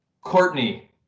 Courtney